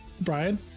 Brian